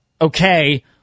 Okay